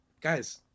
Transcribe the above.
guys